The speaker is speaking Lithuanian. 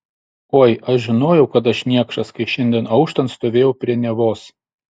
oi aš žinojau kad aš niekšas kai šiandien auštant stovėjau prie nevos